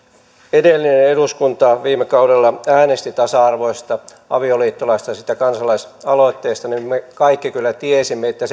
edellinen eduskunta viime kaudella äänesti tasa arvoisesta avioliittolaista siitä kansalaisaloitteesta niin me kaikki kyllä tiesimme että